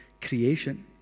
creation